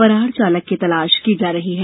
फरार चालक की तलाश की जा रही है